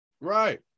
Right